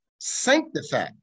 sanctify